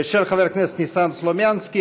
של חבר הכנסת ניסן סלומינסקי.